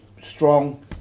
strong